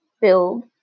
build